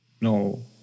No